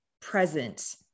present